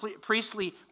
priestly